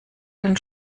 den